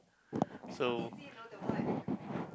so